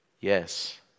Yes